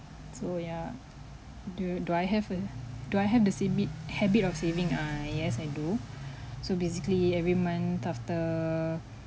so ya do do I have a do I have the simi~ habit of saving ah yes I do so basically every month after